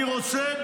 אני רוצה,